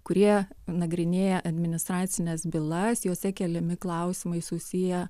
kurie nagrinėja administracines bylas jose keliami klausimai susiję